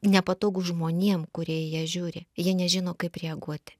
nepatogu žmonėm kurie į ją žiūri jie nežino kaip reaguoti